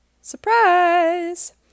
Surprise